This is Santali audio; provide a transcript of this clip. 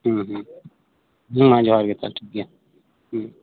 ᱦᱮᱸ ᱦᱮᱸ ᱢᱟ ᱡᱚᱦᱟᱨ ᱜᱮ ᱛᱟᱦᱞᱮ ᱴᱷᱤᱠ ᱜᱮᱭᱟ ᱦᱮᱸ